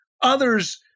Others